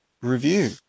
review